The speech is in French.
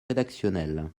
rédactionnel